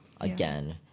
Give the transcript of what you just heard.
again